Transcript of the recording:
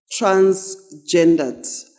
transgendered